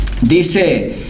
dice